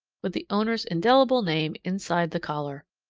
with the owner's indelible name inside the collar.